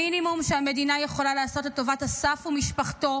המינימום שהמדינה יכולה לעשות לטובת אסף ומשפחתו,